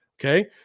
Okay